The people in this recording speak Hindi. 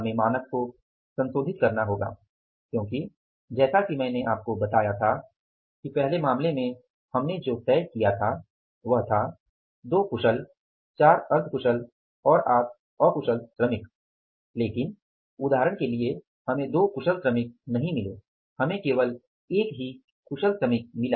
हमें मानक को संशोधित करना होगा क्योकि जैसा कि मैंने आपको बताया था कि पहले मामले में हमने जो तय किया था वह था 2 कुशल 4 अर्ध कुशल और 8 अकुशल श्रमिक लेकिन उदाहरण के लिए हमें 2 कुशल श्रमिक नहीं मिले हमें केवल एक ही कुशल श्रमिक मिला